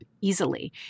easily